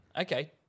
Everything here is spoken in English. okay